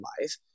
life